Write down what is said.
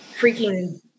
freaking